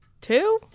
Two